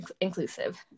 inclusive